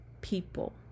people